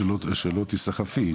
שלא תסחפי,